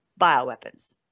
bioweapons